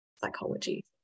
psychology